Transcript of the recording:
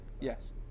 Yes